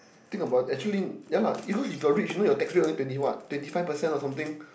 think about actually ya lah even if you got rich you know your tax rate only twenty what twenty five percent or something